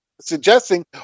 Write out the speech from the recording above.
suggesting